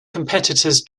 competitors